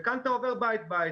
וכאן אתה עובר בית-בית,